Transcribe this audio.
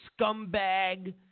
scumbag